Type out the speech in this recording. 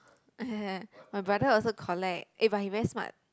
my brother also collect eh but he very smart